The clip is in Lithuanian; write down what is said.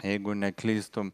jeigu neklystu